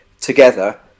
together